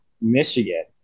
Michigan